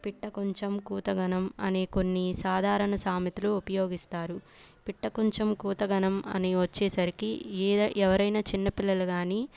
పిట్ట కొంచెం కూత ఘనం అనే కొన్ని సాధారణ సామెతలు ఉపయోగిస్తారు పిట్ట కొంచెం కూత ఘనం అని వచ్చేసరికి ఏదై ఎవరైనా చిన్న పిల్లలు కానీ